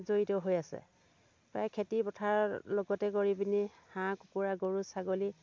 জড়িত হৈ আছে প্ৰায় খেতি পথাৰ লগতে কৰি পিনি হাঁহ কুকুৰা গৰু ছাগলী